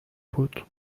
بود